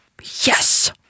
Yes